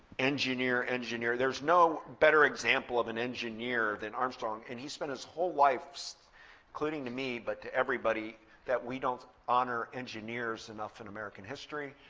engineer, engineer. there's no better example of an engineer than armstrong. and he spent his whole life, so including to me, but to everybody that we don't honor engineers enough in american history.